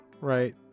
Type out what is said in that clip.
right